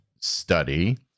study